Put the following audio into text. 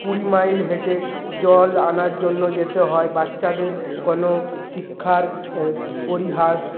কুড়ি মাইল হেঁটে জল আনার জন্য যেতে হয় বাচ্চাদের কোনো শিক্ষার পরিহাস